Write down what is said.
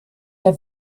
der